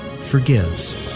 forgives